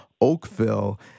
Oakville